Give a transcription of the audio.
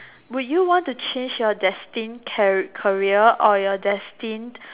would you want to change your destined career or your destined